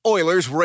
Oilers